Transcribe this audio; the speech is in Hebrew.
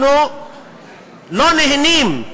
אנחנו לא נהנים,